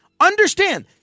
Understand